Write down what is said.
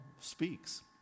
speaks